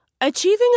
Achieving